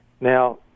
Now